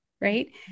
right